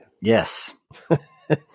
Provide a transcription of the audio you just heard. Yes